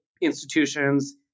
institutions